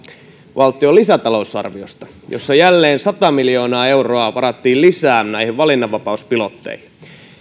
valtion lisätalousarviosta jossa jälleen sata miljoonaa euroa varattiin lisää näihin valinnanvapauspilotteihin